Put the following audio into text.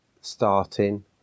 starting